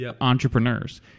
entrepreneurs